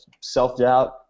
self-doubt